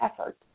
effort